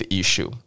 issue